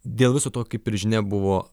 dėl viso to kaip ir žinia buvo